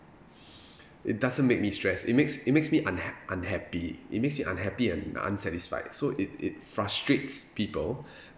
it doesn't make me stress it makes it makes me unhap~ unhappy it makes me unhappy and unsatisfied so if it frustrates people